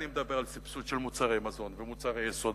אני מדבר על סבסוד של מוצרי מזון ומוצרי יסוד,